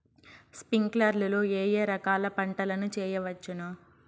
స్ప్రింక్లర్లు లో ఏ ఏ రకాల పంటల ను చేయవచ్చును?